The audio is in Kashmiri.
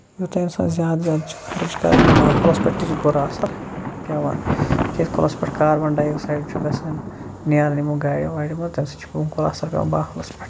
یوتام سۄ زیادٕ زیادٕ چھِ خرٕچ کَرٕنۍ یِم ماحولَس پٮ۪ٹھ تہِ چھُ بُرٕ اَثر پیوان کیازِ کٲنسہِ پٮ۪ٹھ کاربنڈیوٚکسایڈ چھُ گژھان نیران یِمو گاڑیو واڑیو منٛز تَمہِ سۭتۍ چھُ بِلکُل اَثر پیوان ماحولَس پٮ۪ٹھ